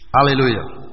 Hallelujah